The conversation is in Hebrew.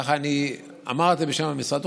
ככה אני אמרתי בשם המשרד.